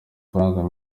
amafaranga